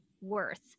worth